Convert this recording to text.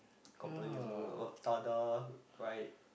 companies also what Tada ride